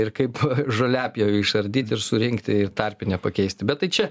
ir kaip žoliapjovę išardyt ir surinkt ir tarpinę pakeist bet čia